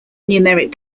numeric